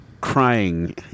crying